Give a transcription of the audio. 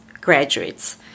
graduates